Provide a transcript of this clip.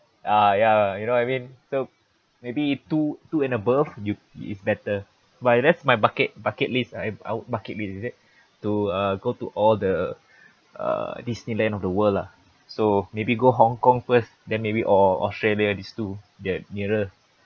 uh ya you know I mean so maybe two two and above you it's better but that's my bucket bucket list I our bucket list is it to uh go to all the uh disneyland of the world lah so maybe go Hong-Kong first then maybe or australia this two they're nearer